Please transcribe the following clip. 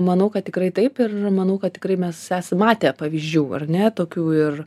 manau kad tikrai taip ir manau kad tikrai mes esam matę pavyzdžių ar ne tokių ir